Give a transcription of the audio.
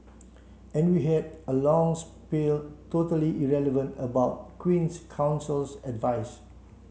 and we had a long spiel totally irrelevant about the Queen's Counsel's advice